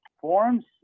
forms